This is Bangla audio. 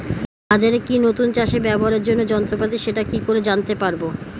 বাজারে কি নতুন চাষে ব্যবহারের জন্য যন্ত্রপাতি সেটা কি করে জানতে পারব?